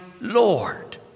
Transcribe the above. Lord